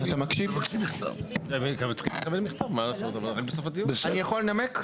אני יכול לנמק?